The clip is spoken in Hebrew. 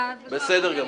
בסדר גמור.